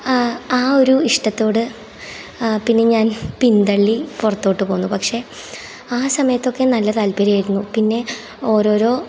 ആ ഒരു ഇഷ്ടത്തോട് പിന്നെ ഞാൻ പിന്തള്ളി പുറത്തോട്ട് പോന്നു പക്ഷേ ആ സമയത്തൊക്കെ നല്ല താല്പര്യമായിരുന്നു പിന്നെ ഓരോരോ